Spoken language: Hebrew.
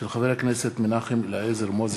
תודה.